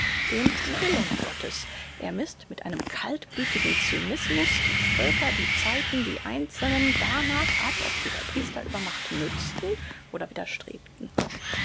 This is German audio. den willen gottes er mißt mit einem kaltblütigen cynismus die völker die zeiten die einzelnen darnach ab ob sie der priester übermacht nützten oder widerstrebten